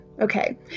Okay